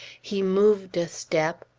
he moved a step,